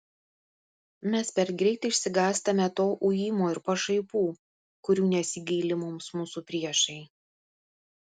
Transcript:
mes per greit išsigąstame to ujimo ir pašaipų kurių nesigaili mums mūsų priešai